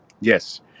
Yes